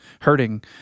hurting